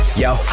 yo